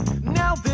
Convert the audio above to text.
Now